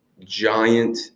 giant